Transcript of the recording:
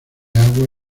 agua